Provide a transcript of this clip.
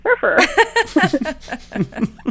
surfer